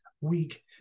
week